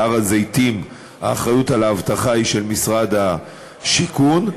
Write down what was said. בהר-הזיתים האחריות לאבטחה היא של משרד הבינוי והשיכון.